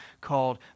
called